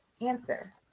answer